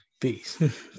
Peace